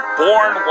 born